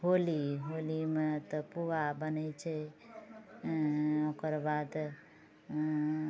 होली होलीमे तऽ पुआ बनै छै ओकर बाद